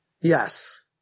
Yes